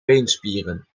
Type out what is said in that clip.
beenspieren